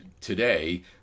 today